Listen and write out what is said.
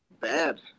bad